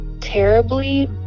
terribly